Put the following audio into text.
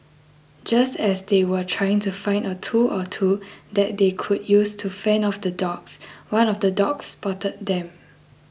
just as they were trying to find a tool or two that they could use to fend off the dogs one of the dogs spotted them